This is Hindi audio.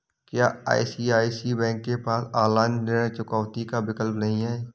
क्या आई.सी.आई.सी.आई बैंक के पास ऑनलाइन ऋण चुकौती का विकल्प नहीं है?